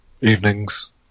evenings